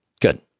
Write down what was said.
Good